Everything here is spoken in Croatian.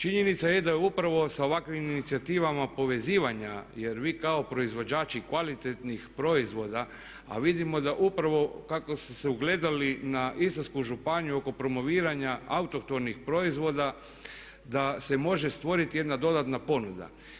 Činjenica je da upravo sa ovakvim inicijativama povezivanja jer vi kao proizvođači kvalitetnih proizvoda a vidimo da upravo kako ste se ugledali na istarsku županiju oko promoviranja autohtonih proizvoda da se može stvoriti jedna dodatna ponuda.